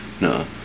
No